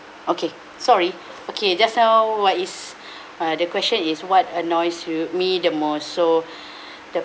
okay sorry okay just now what is uh the question is what annoys you me the most so the